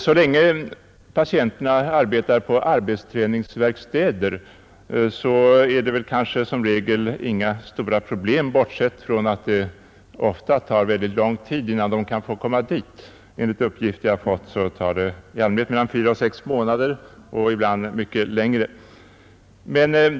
Så länge patienterna arbetar på arbetsträningsverkstäder är det kanske som regel inga stora problem, bortsett från att det tar så lång tid innan de kan få komma dit — enligt uppgift som jag har fått tar det i allmänhet mellan fyra och sex månader och ibland mycket längre tid.